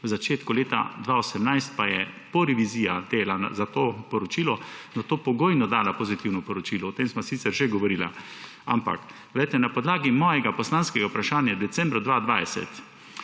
v začetku leta 2018 pa je porevizija za to poročilo nato pogojno dala pozitivno poročilo. O tem sva sicer že govorila. Ampak na podlagi mojega poslanskega vprašanja decembra 2020